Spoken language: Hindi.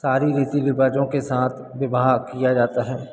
सारी रीति रिवाजों के साथ विवाह किया जाता है